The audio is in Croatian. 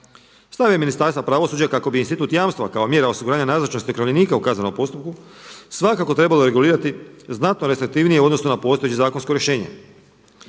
Stav je Ministarstva pravosuđa kako bi institut jamstva kao mjera osiguranja nazočnosti okrivljenika u kaznenom postupku svakako trebalo regulirati znatno restriktivnije u odnosu na postojeće zakonsko rješenje.